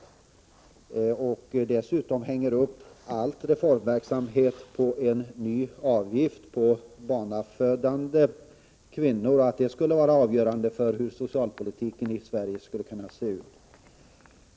Hon hängde dessutom upp all reformverksamhet på diskussionen om en ny avgift för barnafödande kvinnor, som om den vore avgörande för hur socialpolitiken i Sverige skulle kunna se ut.